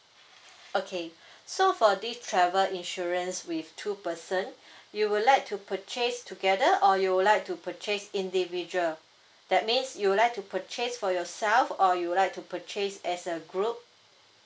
okay so for this travel insurance with two person you would like to purchase together or you would like to purchase individual that means you'd like to purchase for yourself or you'd like to purchase as a group